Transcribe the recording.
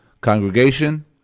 congregation